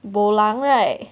bo lang right